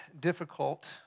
difficult